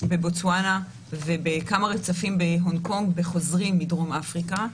בבוטסואנה ובכמה רצפים בהונג-קונג בחוזרים מדרום אפריקה,